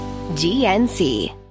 GNC